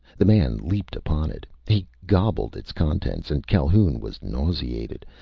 the man leaped upon it. he gobbled its contents, and calhoun was nauseated.